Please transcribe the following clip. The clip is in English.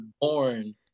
born